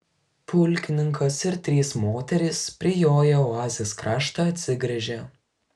pulkininkas ir trys moterys prijoję oazės kraštą atsigręžė